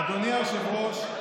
אדוני היושב-ראש,